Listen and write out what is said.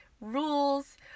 rules